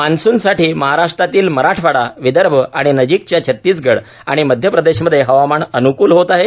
मान्सुनसाठी महाराश्ट्रातील मराठवाडा विदर्भ आणि नजिकच्या छत्तिसगड आणि मध्य प्रदेषमध्ये हवामान अनुकूल होत आहे